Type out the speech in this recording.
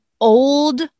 old